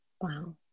wow